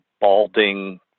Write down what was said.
balding